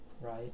right